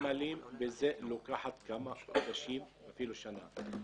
נמלים וזה לוקח כמה חודשים ואפילו שנה.